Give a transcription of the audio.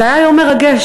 זה היה יום מרגש.